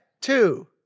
two